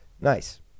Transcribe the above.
Nice